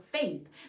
faith